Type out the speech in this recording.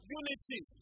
unity